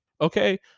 Okay